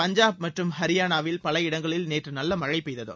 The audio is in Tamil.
பஞ்சாப் மற்றும் ஹரியானாவில் பல இடங்களில் நேற்று நல்ல மழை பெய்தது